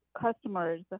customers